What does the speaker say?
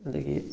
ꯑꯗꯨꯗꯒꯤ